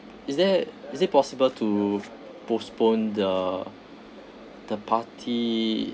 is there is it possible to postpone the the party